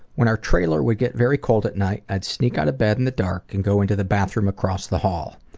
when our trailer would get very cold at night, i'd sneak out of bed in the dark and go into the bathroom across the hall.